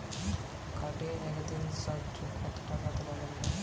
কার্ডে একদিনে সর্বোচ্চ কত টাকা তোলা যেতে পারে?